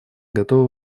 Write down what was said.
готова